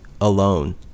alone